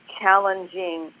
challenging